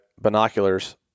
binoculars